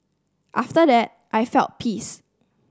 after that I felt peace